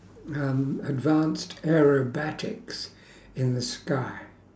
um advanced aerobatics in the sky